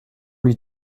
lui